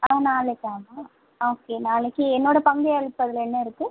ஆ நாளைக்கு ஆமாம் ஆ ஓகே நாளைக்கு என்னோடய பங்கு எல் இப்போ அதில் என்ன இருக்குது